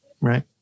Right